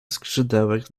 skrzydełek